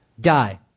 Die